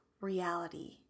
reality